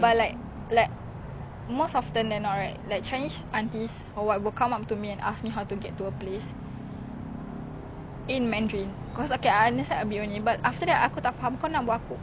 I I look like a chinese like ya I don't like it cause one time I got offered bak kwa before I'm like 我是马来人 no bak kwa for me no oink oink for me sweetie